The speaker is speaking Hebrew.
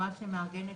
חברה שמארגנת